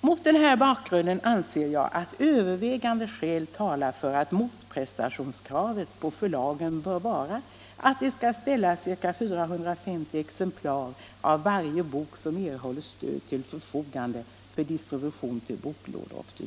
Mot den här bakgrunden anser jag att övervägande skäl talar för att motprestationskravet på förlagen bör vara att de skall ställa ca 450 exemplar av varje bok som erhåller stöd till förfogande för distribution till boklådor o. d.